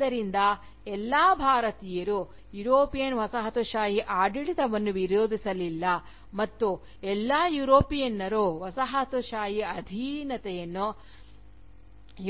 ಆದ್ದರಿಂದ ಎಲ್ಲಾ ಭಾರತೀಯರು ಯುರೋಪಿಯನ್ ವಸಾಹತುಶಾಹಿ ಆಡಳಿತವನ್ನು ವಿರೋಧಿಸಲಿಲ್ಲ ಮತ್ತು ಎಲ್ಲಾ ಯುರೋಪಿಯನ್ನರು ವಸಾಹತುಶಾಹಿ ಅಧೀನತೆಯ